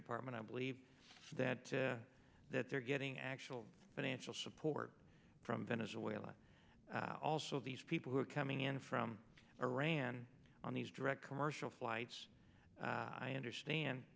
department i believe that that they're getting actual financial support from venezuela also these people who are coming in from iran on these direct commercial flights i understand